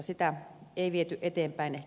sitä ei viety eteenpäin